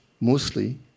mostly